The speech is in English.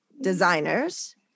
designers